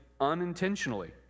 unintentionally